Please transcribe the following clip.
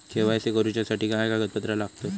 KYC करूच्यासाठी काय कागदपत्रा लागतत?